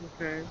Okay